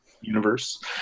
universe